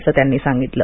असं त्यांनी सांगितलं